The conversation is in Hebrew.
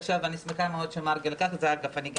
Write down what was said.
אני רק